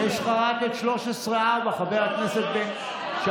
יש לך רק את 3 ו-4, חבר הכנסת בן גביר.